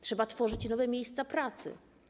Trzeba tworzyć nowe miejsca pracy.